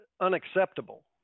unacceptable